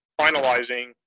finalizing